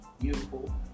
beautiful